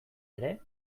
ere